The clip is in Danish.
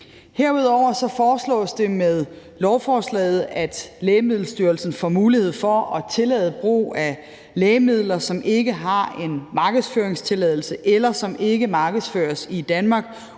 Herudover foreslås det med lovforslaget, at Lægemiddelstyrelsen får mulighed for at tillade brug af lægemidler, som ikke har en markedsføringstilladelse, eller som ikke markedsføres i Danmark,